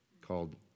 called